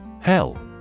Hell